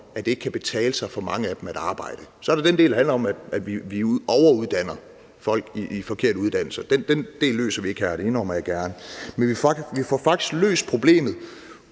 af dem ikke kan betale sig at arbejde. Så er der den del, der handler om, at vi overuddanner folk på forkerte uddannelser. Den del løser vi ikke her – det indrømmer jeg gerne – men vi får faktisk løst den